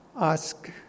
Ask